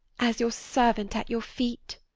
as your servant at your feet.